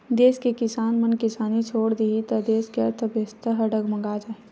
देस के किसान मन किसानी छोड़ देही त देस के अर्थबेवस्था ह डगमगा जाही